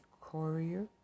Courier